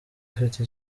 ufite